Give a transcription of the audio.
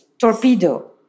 Torpedo